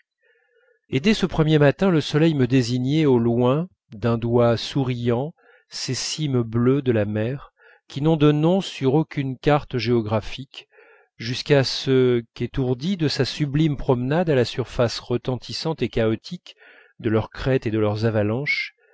dès ce premier matin le soleil me désignait au loin d'un doigt souriant ces cimes bleues de la mer qui n'ont de nom sur aucune carte géographique jusqu'à ce qu'étourdi de sa sublime promenade à la surface retentissante et chaotique de leurs crêtes et de leurs avalanches